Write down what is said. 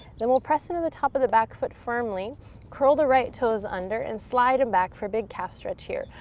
then we'll press into the top of the back foot firmly, curl the right toes under, and slide em back for a big calf stretch here.